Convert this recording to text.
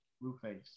Blueface